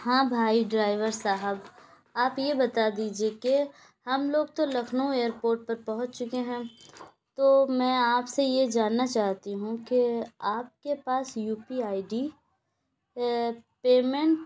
ہاں بھائی ڈرائیور صاحب آپ یہ بتا دیجیے کہ ہم لوگ تو لکھنؤ ایئر پورٹ پر پہنچ چکے ہیں تو میں آپ سے یہ جاننا چاہتی ہوں کہ آپ کے پاس U P I D payment